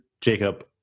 Jacob